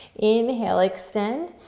inhale, extend.